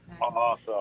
Awesome